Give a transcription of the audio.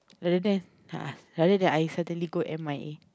later then ah rather than I suddenly go M_I_A